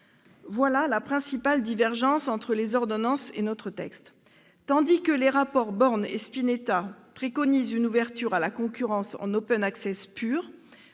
Voici la principale divergence entre les ordonnances et notre texte : tandis que les rapports Borne et Spinetta préconisent une ouverture à la concurrence en pur,